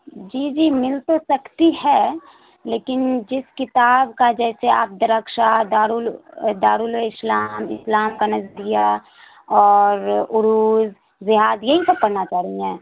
جی جی مل تو سکتی ہے لیکن جس کتاب کا جیسے آپ درخشا دارل دار الاسلام اسلام کا نظریہ اور عروض زہاد یہی سب پڑھنا چاہ رہی ہیں